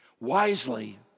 wisely